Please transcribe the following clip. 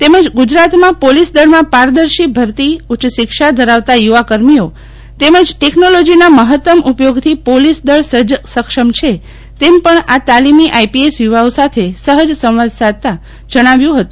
તેમજ ગુજરાત પોલીસદળમાં પારદર્શી ભરતી ઉચ્ચશિક્ષા ધરાવતા યુવાકર્મીઓ તેમજ ટેકનોલોજીના મહત્તમ ઉપયોગથી પોલીસ દળ સજજ સક્ષમ છે તેમ પણ આ તાલીમી આઈપીએસ યુવાઓ સાથે સહજ સંવાદ સાધતા જણાવ્યું હતું